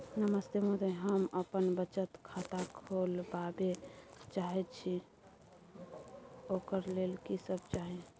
नमस्ते महोदय, हम बचत खाता खोलवाबै चाहे छिये, ओकर लेल की सब चाही?